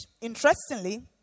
interestingly